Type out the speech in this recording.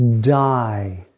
die